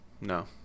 no